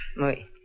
Oui